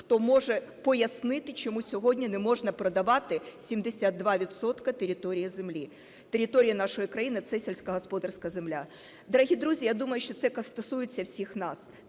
хто може пояснити, чому сьогодні не можна продавати 72 відсотки території землі, території нашої країни, – це сільськогосподарська земля. Дорогі друзі, я думаю, що це стосується всіх нас.